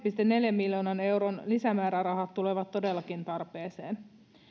neljän miljoonan euron lisämäärärahat tulevat todellakin tarpeeseen